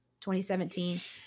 2017